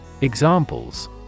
Examples